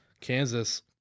Kansas